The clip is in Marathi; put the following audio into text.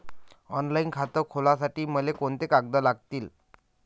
ऑनलाईन खातं खोलासाठी मले कोंते कागद लागतील?